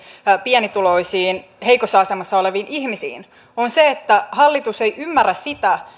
pienituloisiin heikossa asemassa oleviin ihmisiin on se että hallitus ei ymmärrä sitä